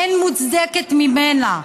אין מוצדקת ממנה.